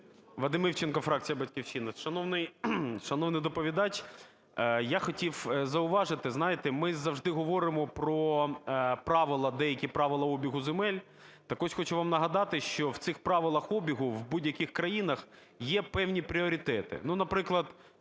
Вадим Івченко, фракція "Батьківщина". Шановний доповідач, я хотів зауважити, знаєте, ми завжди говоримо про правила, деякі правила обігу земель. Так ось, хочу вам нагадати, що в цих правилах обігу в будь-яких країнах є певні пріоритети.